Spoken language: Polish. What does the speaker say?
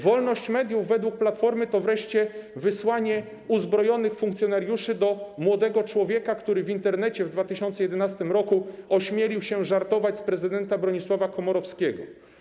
Wolność mediów według Platformy to wreszcie wysłanie uzbrojonych funkcjonariuszy do młodego człowieka, który w Internecie w 2011 r. ośmielił się żartować z prezydenta Bronisława Komorowskiego.